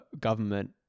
government